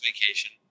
Vacation